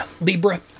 Libra